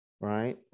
Right